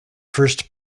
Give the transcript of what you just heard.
first